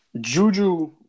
Juju –